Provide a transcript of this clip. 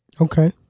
okay